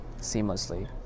seamlessly